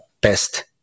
best